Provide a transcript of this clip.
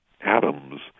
atoms